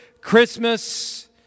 Christmas